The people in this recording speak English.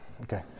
Okay